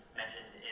mentioned